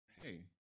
hey